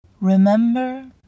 Remember